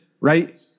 right